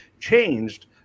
changed